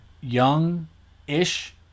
young-ish